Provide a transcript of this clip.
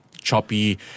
choppy